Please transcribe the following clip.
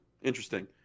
Interesting